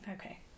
Okay